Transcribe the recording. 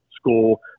school